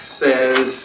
says